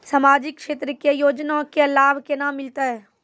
समाजिक क्षेत्र के योजना के लाभ केना मिलतै?